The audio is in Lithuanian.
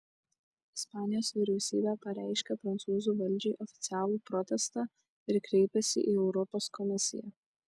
ispanijos vyriausybė pareiškė prancūzų valdžiai oficialų protestą ir kreipėsi į europos komisiją